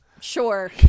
sure